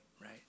right